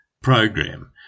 program